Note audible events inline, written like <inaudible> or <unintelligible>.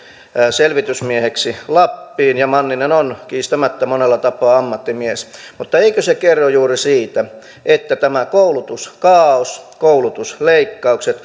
selvitysmieheksi lappiin ja manninen on kiistämättä monella tapaa ammattimies mutta eikö se kerro juuri siitä että tämä koulutuskaaos koulutusleikkaukset <unintelligible>